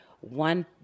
one